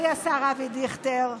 השר אבי דיכטר,